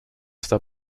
hasta